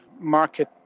market